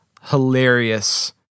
hilarious